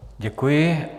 Děkuji.